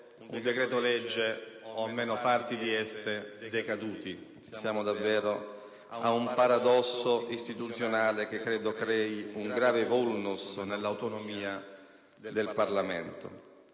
un decreto-legge o almeno parti di esso decadute. Siamo davvero di fronte ad un paradosso istituzionale che credo crei un grave *vulnus* nell'autonomia del Parlamento.